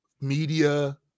media